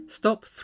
Stop